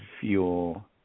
fuel